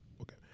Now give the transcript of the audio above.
okay